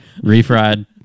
Refried